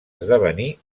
esdevenir